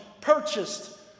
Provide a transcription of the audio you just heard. purchased